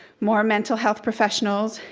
more mental health professionals,